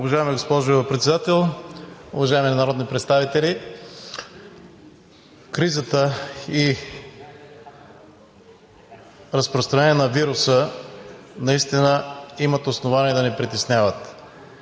Уважаема госпожо Председател, уважаеми народни представители! Кризата и разпространението на вируса наистина имат основание да ни притесняват.